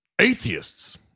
Atheists